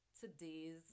today's